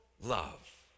love